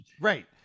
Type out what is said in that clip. Right